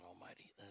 almighty